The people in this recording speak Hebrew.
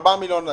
ארבעה מיליון,